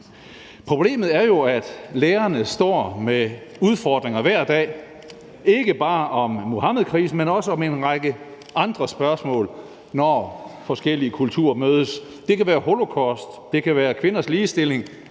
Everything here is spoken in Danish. Problemet er jo, at lærerne står med udfordringer hver dag, ikke bare om Muhammedkrisen, men også om en række andre spørgsmål, når forskellige kulturer mødes. Det kan være holocaust, det kan være kvinders ligestilling,